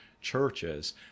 churches